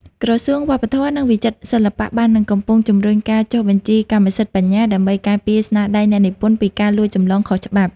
ក្រសួងវប្បធម៌ និងវិចិត្រសិល្បៈបាននិងកំពុងជំរុញការចុះបញ្ជីកម្មសិទ្ធិបញ្ញា ដើម្បីការពារស្នាដៃអ្នកនិពន្ធពីការលួចចម្លងខុសច្បាប់។